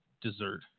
dessert